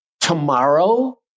tomorrow